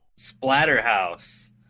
Splatterhouse